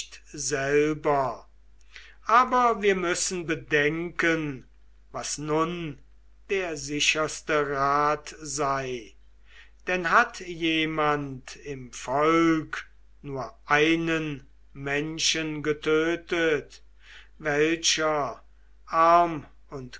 selber aber wir müssen bedenken was nun der sicherste rat sei denn hat jemand im volk nur einen menschen getötet welcher arm und